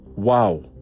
Wow